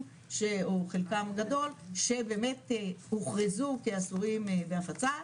או חלקם הגדול שבאמת הוכרזו כאסורים בהפצה,